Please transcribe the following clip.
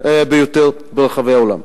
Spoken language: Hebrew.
ביותר ברחבי העולם.